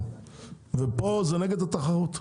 זה נגד התחרות,